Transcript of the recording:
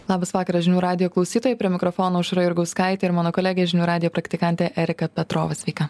labas vakaras žinių radijo klausytojai prie mikrofono aušra jurgauskaitė ir mano kolegė žinių radijo praktikantė erika petrovas sveika